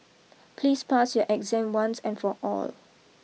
please pass your exam once and for all